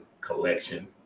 Collection